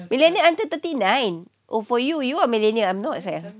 millennial until thirty nine oh for you you are millennial I'm not sia